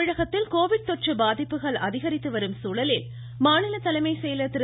தமிழகத்தில் கோவிட் கொற்று பாதிப்புகள் அதிகரித்துவரும் குழலில் மாநில செயலர் திரு